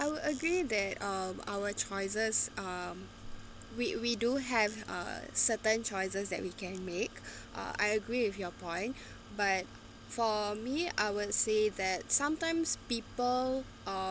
I would agree that um our choices um we we do have a certain choices that we can make uh I agree with your point but for me I would say that sometimes people um